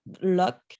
luck